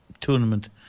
tournament